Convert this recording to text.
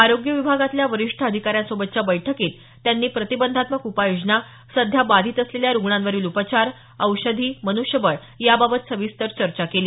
आरोग्य विभागातल्या वरिष्ठ आधिकाऱ्यांसोबतच्या बैठकीत त्यांनी प्रतिबंधात्मक उपाययोजना सध्या बाधित असलेल्या रूग्णांवरील उपचार औषधी मन्ष्यबळ याबाबत सविस्तर चर्चा केली